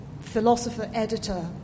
philosopher-editor